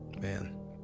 man